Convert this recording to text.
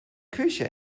küche